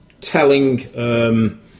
telling